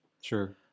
Sure